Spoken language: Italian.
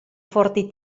forti